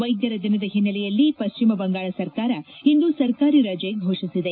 ವೈದ್ಯರ ದಿನದ ಹಿನ್ನೆಲೆಯಲ್ಲಿ ಪಶ್ಚಿಮ ಬಂಗಾಳ ಸರ್ಕಾರ ಇಂದು ಸರ್ಕಾರಿ ರಜೆ ಘೋಷಿಸಿದೆ